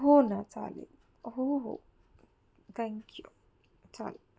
हो ना चालेल हो हो थँक्यू चालेल